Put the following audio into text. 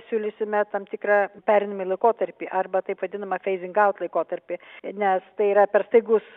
siūlysime tam tikrą pereinamąjį laikotarpį arba taip vadinamą feizing aut laikotarpį nes tai yra per staigus